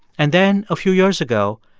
and then, a few years ago,